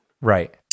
Right